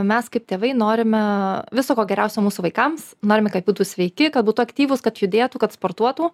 mes kaip tėvai norime viso ko geriausio mūsų vaikams norime kad būtų sveiki kad būtų aktyvūs kad judėtų kad sportuotų